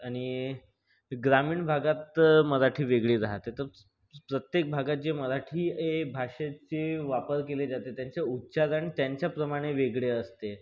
आणि ग्रामीण भागात मराठी वेगळी राहते तर प्रत्येक भागाचे मराठी ए भाषेचे वापर केले जाते त्याचे उच्चारण त्यांच्याप्रमाणे वेगळे असते